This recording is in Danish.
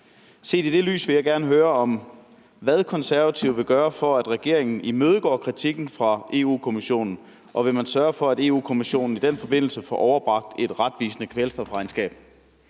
Set i det lys vil jeg gerne høre, hvad Konservative vil gøre, for at regeringen imødegår kritikken fra Europa-Kommissionen, og om man vil sørge for, at Europa-Kommissionen i den forbindelse får overbragt et retvisende kvælstofregnskab.